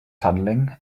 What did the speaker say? tunneling